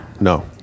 no